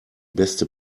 beste